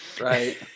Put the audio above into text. Right